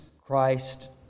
Christ